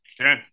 Okay